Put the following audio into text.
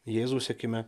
jėzaus sekime